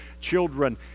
children